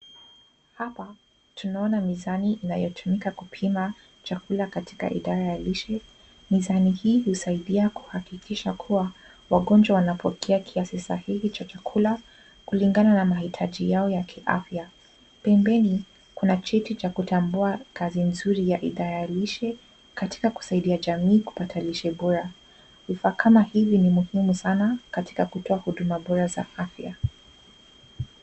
Hapa tunaona mizani inaotumika kupima chakula katika idara ya lishe. Mizani hii husaidia kuhakikihsa kuwa wagonjwa wanapokea kiasi sahihi ya chakula kulingana na mahitaji yao ya kiafya. Pembeni kuna kiti cha kutambua kazi nzuri ya idara lishe katika kusaidia jamii kupata lishe bora. Vifaa kama hivi ni muhimu sana katika kutoa huduma bora za afya.